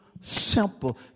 simple